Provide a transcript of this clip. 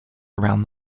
around